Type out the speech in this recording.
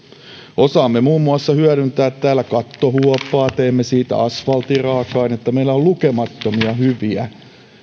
osaamme hyödyntää täällä kattohuopaa teemme siitä asfaltin raaka ainetta meillä on lukemattomia hyviä